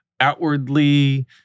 outwardly